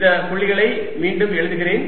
இந்த புள்ளிகளை மீண்டும் எழுதுகிறேன்